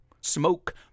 smoke